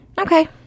Okay